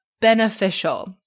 beneficial